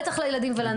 בטח לילדים ולנוער.